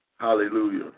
Hallelujah